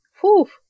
Whew